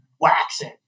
waxing